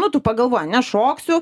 nu tu pagalvoji nešoksiu